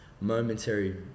momentary